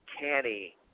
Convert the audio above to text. canny